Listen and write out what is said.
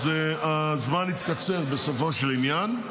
הזמן יתקצר בסופו של עניין,